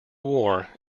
war